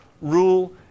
rule